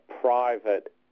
private